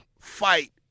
fight